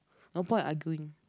no point arguing